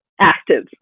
active